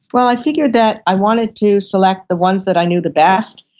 well i figured that i wanted to select the ones that i knew the best.